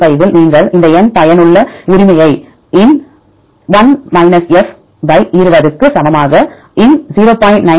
95 இல் நீங்கள் இந்த N பயனுள்ள உரிமையை ln 20 க்கு சமமாக ln 0